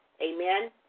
amen